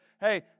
hey